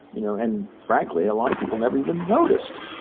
you know and frankly a lot of people never even noticed.